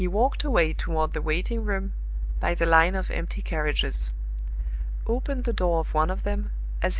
he walked away toward the waiting-room by the line of empty carriages opened the door of one of them,